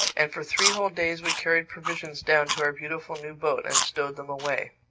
and for three whole days we carried provisions down to our beautiful new boat and stowed them away.